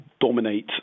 dominate